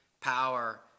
power